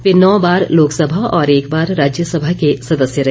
वे नौ बार लोकसभा और एक बार राज्य सभा के सदस्य रहे